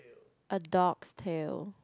a dog's tale